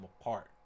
apart